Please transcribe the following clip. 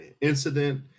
incident